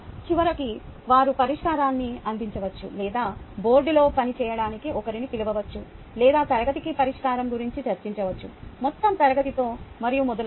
చివరకు మీరు పరిష్కారాన్ని అందించవచ్చు లేదా బోర్డులో పని చేయడానికి ఒకరిని పిలవవచ్చు లేదా తరగతికి పరిష్కారం గురించి చర్చించవచ్చు మొత్తం తరగతితో మరియు మొదలైనవి